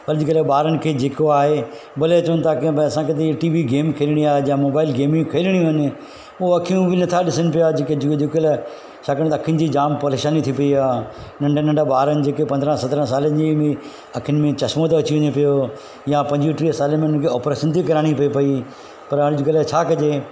अॼुकल्ह ॿारनि खे जेको आहे भले चवनि था की भई असांखे त ई टीवी गेम खेलणी आहे जा मोबाइल गेमियूं खेलणियूं आहिनि पोइ अखियूं बि नथा ॾिसनि पिया जेके अॼु अॼुकल्ह छाकाणि त अखियुनि जी जामु परेशानी थी पई आहे नंढा नंढा ॿारनि जेके पंदरहां सतरहां सालनि जी मी अखियुनि में चश्मो थो अची वञे पियो या पंजवीह टीह साल में ऑपरेशन थी कराइणी पई पर अॼुकल्ह छा कजे